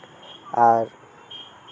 ᱟᱨ